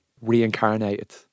reincarnated